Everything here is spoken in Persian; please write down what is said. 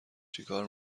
چیکار